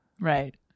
right